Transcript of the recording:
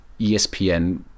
ESPN